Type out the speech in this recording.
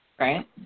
right